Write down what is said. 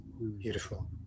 Beautiful